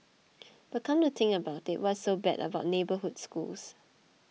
but come to think about it what's so bad about neighbourhood schools